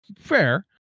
Fair